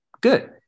good